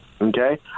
okay